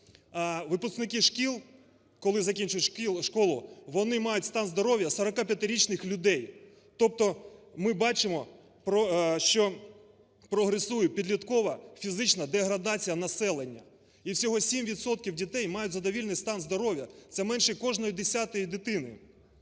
школу, вони мають стан здоров'я 45-річних людей. Тобто ми бачимо, що прогресує підліткова фізична деградація населення. І всього 7 відсотків дітей мають задовільний стан здоров'я – це менше кожної десятої дитини.